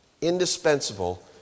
indispensable